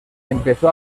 empezó